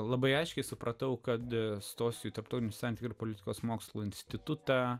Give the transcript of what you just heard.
labai aiškiai supratau kad stosiu į tarptautinių santykių ir politikos mokslų institutą